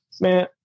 man